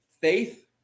faith